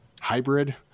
Hybrid